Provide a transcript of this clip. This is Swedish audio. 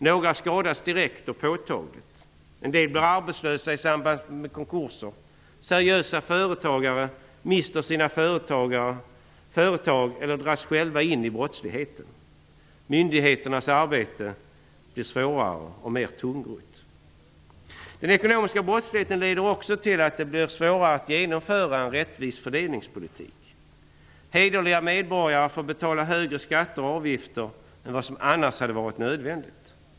Några skadas direkt och påtagligt. En del blir arbetslösa i samband med konkurser. Seriösa företagare mister sina företag eller dras själva in i brottsligheten. Myndigheternas arbete blir svårare och mera tungrott. Den ekonomiska brottsligheten leder också till att det blir svårare att genomföra en rättvis fördelningspolitik. Hederliga medborgare får betala högre skatter och avgifter än vad som annars hade varit nödvändigt.